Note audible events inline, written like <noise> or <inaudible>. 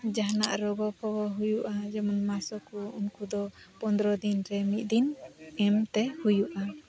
ᱡᱟᱦᱟᱱᱟᱜ ᱨᱚᱜᱚ <unintelligible> ᱦᱩᱭᱩᱜᱼᱟ ᱡᱮᱢᱚᱱ ᱢᱟᱥᱚᱠ ᱫᱚ ᱯᱚᱱᱫᱨᱚ ᱫᱤᱱ ᱨᱮ ᱢᱤᱫ ᱫᱤᱱ ᱮᱢ ᱛᱮ ᱦᱩᱭᱩᱜᱼᱟ